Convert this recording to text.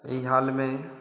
अभी हाल में ही